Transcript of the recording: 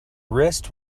wrist